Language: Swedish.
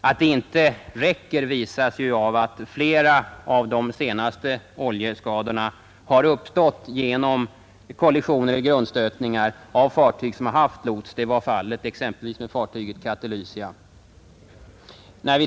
Att det inte räcker visas av att flera av de senaste oljeskadorna har uppstått genom kollisioner och grundstötningar av fartyg som haft lots — det var fallet exempelvis med Katelysia.